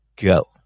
Go